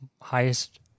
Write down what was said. highest